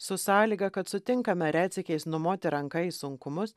su sąlyga kad sutinkame retsykiais numoti ranka į sunkumus